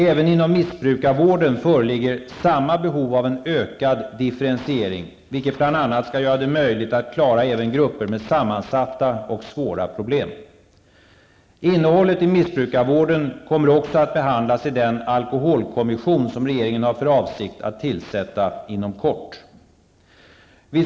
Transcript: Även inom missbrukarvården föreligger samma behov av en ökad differentiering, vilket bl.a. skall göra det möjligt att klara även grupper med sammansatta och svåra problem. Innehållet i missbrukarvården kommer också att behandlas i den alkoholkommission som regeringen har för avsikt att tillsätta inom kort.